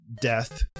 death